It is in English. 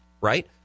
Right